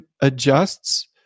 adjusts